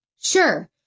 Sure